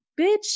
Bitch